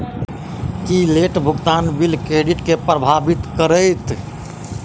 की late भुगतान bill credit केँ प्रभावित करतै?